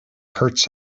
hurts